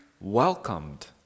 welcomed